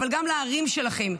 אבל גם לערים שלכם,